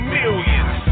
millions